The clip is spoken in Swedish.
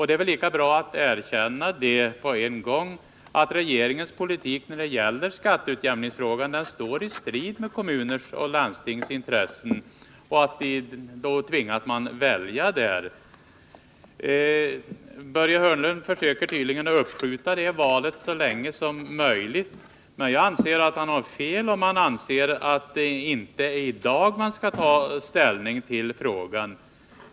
Det är väl lika bra att Börje Hörnlund med en gång erkänner att regeringens politik i skatteutjämningsfrågorna står - i strid med landstingens och kommunernas intressen. Börje Hörnlund tvingas välja. Börje Hörnlund försöker tydligen uppskjuta det valet så länge som möjligt. Jag anser att han har fel när han inte i dag tar ställning.